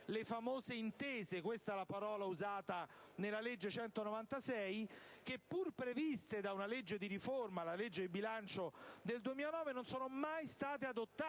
le famose intese (questa la formula usata nella legge n. 196) che, pur previste da una legge di riforma (la legge di bilancio del 2009), non sono mai state adottate